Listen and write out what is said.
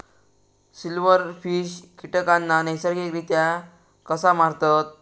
Silverfish कीटकांना नैसर्गिकरित्या कसा मारतत?